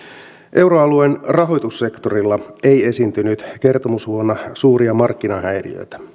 euroalueen rahoitussektorilla ei esiintynyt kertomusvuonna suuria markkinahäiriöitä